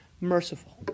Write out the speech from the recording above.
merciful